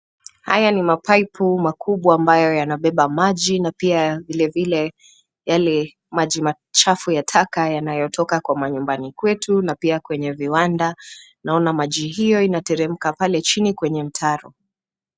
Haya ni mapaipu makubwa ambayo yanabeba maji na pia vilevile yale maji machafu ya taka yanayotoka kwa manyumbani kwetu na pia kwenye viwanda. Naona maji hiyo inateremka pale chini kwenye mtaro.